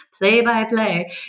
play-by-play